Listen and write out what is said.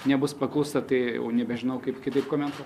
nebus paklūsta tai jau nebežinau kaip kitaip komentuo